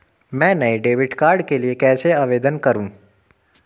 मैं नए debit card के लिए कैसे आवेदन करूं?